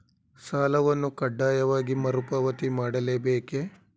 ಸಾಲವನ್ನು ಕಡ್ಡಾಯವಾಗಿ ಮರುಪಾವತಿ ಮಾಡಲೇ ಬೇಕೇ?